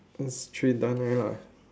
it's three done already lah